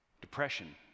Depression